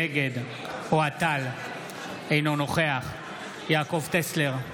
נגד אוהד טל, אינו נוכח יעקב טסלר,